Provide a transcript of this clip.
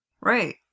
Right